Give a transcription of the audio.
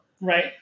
Right